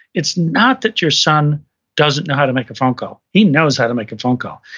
it's not that your son doesn't know how to make a phone call, he knows how to make a phone call.